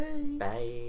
Bye